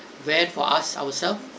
van for us ourselves